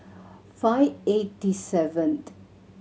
five eighty seventh